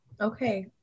okay